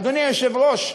אדוני היושב-ראש,